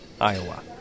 Iowa